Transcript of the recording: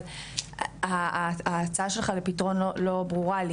אבל ההצעה שלך לפתרון לא ברורה לי.